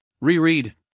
reread